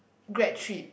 grad trip